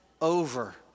over